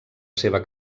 seva